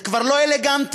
זה כבר לא אלגנטי.